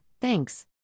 thanks